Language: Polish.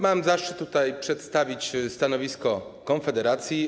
Mam zaszczyt przedstawić stanowisko Konfederacji.